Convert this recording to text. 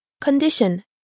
Condition